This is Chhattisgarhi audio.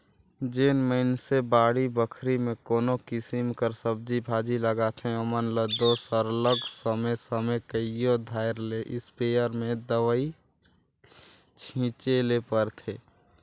जेन मइनसे बाड़ी बखरी में कोनो किसिम कर सब्जी भाजी लगाथें ओमन ल दो सरलग समे समे कइयो धाएर ले इस्पेयर में दवई छींचे ले परथे